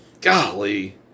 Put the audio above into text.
golly